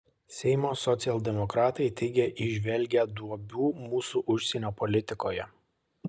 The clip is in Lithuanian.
seimo socialdemokratai teigia įžvelgią duobių mūsų užsienio politikoje